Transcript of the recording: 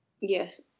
Yes